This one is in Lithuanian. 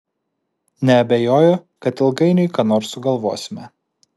neabejoju kad ilgainiui ką nors sugalvosime